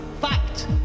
fact